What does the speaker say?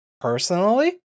personally